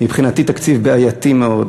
מבחינתי הוא תקציב בעייתי מאוד.